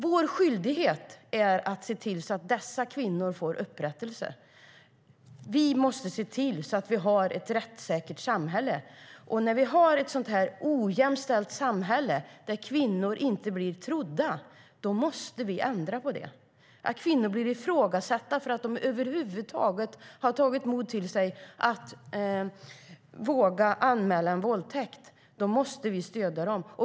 Vår skyldighet är att se till att dessa kvinnor får upprättelse. Vi måste ha ett rättssäkert samhälle. När vi nu har ett ojämställt samhälle där kvinnor inte blir trodda måste vi ändra på det. När kvinnor blir ifrågasatta för att de över huvud taget har tagit mod till sig att våga anmäla en våldtäkt måste vi stödja dem.